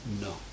No